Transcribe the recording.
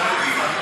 זה לא בלבד.